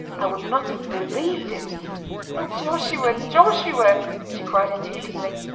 i would not have believed it oh, joshua! joshua she cried entreatingly,